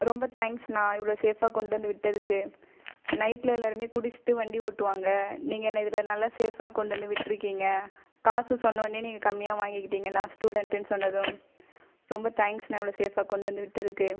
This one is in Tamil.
ரொம்ப தேங்க்ஸ்ணா இவ்வளோ சேஃபாக கொண்டு வந்து விட்டதுக்கு நைட்டில எல்லாருமே குடிச்சிவிட்டு வண்டி ஓட்டுவாங்க நீங்கள் என்னை இதில் நல்லா சேஃபாக கொண்டு வந்து விட்டுருக்கிங்க காஸு சொன்னோனே நீங்கள் கம்மியாக வாங்கிக்கிட்டிங்கன்னா ஸ்டூடென்ட்டுனு சொன்னதும் ரொம்ப தேங்க்ஸ்ணா இவ்வளோ சேஃபாக கொண்டு வந்து விட்டதுக்கு